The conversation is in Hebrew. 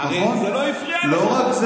הרי זה לא הפריע לך.